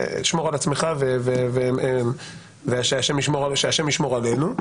שמור על עצמך ושהשם ישמור עלינו.